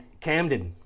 Camden